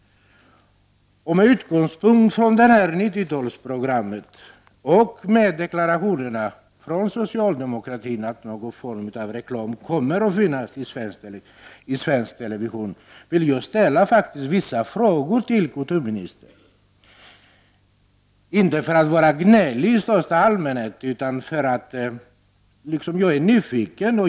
Med utgångspunkt från 90-talsprogrammet och med deklarationerna från socialdemokratin att någon form av reklam kommer att finnas i svensk television vill jag ställa vissa frågor till kulturministern — inte för att vara gnällig i största allmänhet, utan därför att jag är nyfiken.